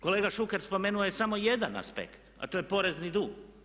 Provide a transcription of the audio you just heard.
Kolega Šuker spomenuo je samo jedan aspekt, a to je porezni dug.